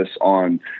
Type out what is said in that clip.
on